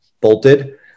bolted